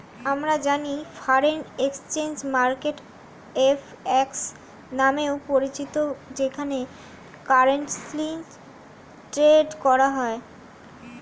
আমরা জানি foreign exchange market FX নামেও পরিচিত যেখানে কারেন্সি ট্রেড করা হয়